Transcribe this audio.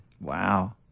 Wow